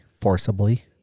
Forcibly